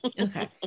Okay